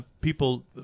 people